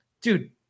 dude